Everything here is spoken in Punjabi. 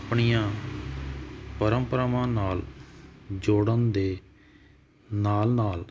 ਆਪਣੀਆਂ ਪਰਮਪਰਾਵਾਂ ਨਾਲ ਜੋੜਨ ਦੇ ਨਾਲ ਨਾਲ